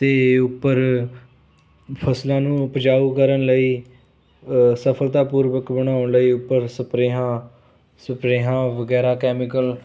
ਅਤੇ ਉੱਪਰ ਫਸਲਾਂ ਨੂੰ ਉਪਜਾਊ ਕਰਨ ਲਈ ਸਫਲਤਾਪੂਰਵਕ ਬਣਾਉਣ ਲਈ ਉੱਪਰ ਸਪਰੇਹਾਂ ਸਪਰੇਹਾਂ ਵਗੈਰਾ ਕੈਮੀਕਲ